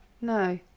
No